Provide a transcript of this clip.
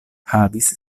havis